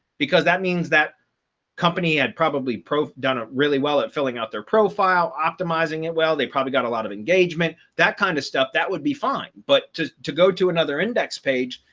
because that means that company had probably proof done ah really well at filling out their profile optimizing it, well, they probably got a lot of engagement, that kind of stuff, that would be fine. but to to go to another index page,